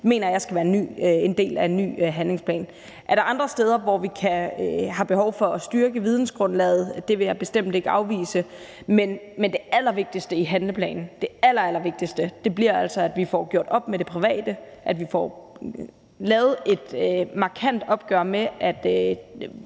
mener jeg skal være en del af en ny handlingsplan. Er der andre steder, hvor vi har behov for at styrke vidensgrundlaget? Det vil jeg bestemt ikke afvise. Men det allervigtigste i handleplanen – det allervigtigste – bliver altså, at vi får gjort op med, at det hører til det private, og at vi får lavet et markant opgør med, at